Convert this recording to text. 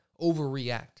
overreact